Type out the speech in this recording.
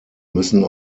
müssen